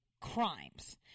crimes